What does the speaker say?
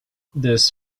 this